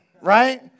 right